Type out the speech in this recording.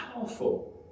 powerful